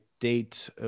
date